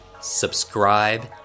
subscribe